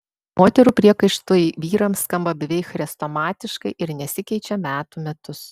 moterų priekaištai vyrams skamba beveik chrestomatiškai ir nesikeičia metų metus